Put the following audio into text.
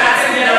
רק אל,